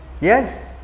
Yes